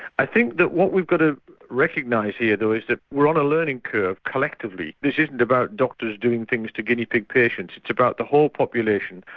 i think that what we've got to recognise here though is that we are on a learning curve collectively, this isn't about doctors doing things to guinea pig patients, it's about the whole population.